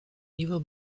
nieuwe